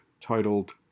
titled